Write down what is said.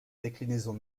déclinaison